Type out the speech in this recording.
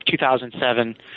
2007